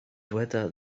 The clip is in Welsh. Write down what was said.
dyweda